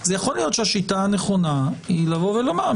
יכול להיות שהשיטה הנכונה היא לומר,